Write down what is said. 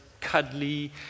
cuddly